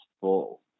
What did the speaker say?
full